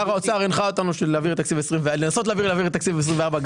שר האוצר הנחה אותנו לנסות להעביר את תקציב 24'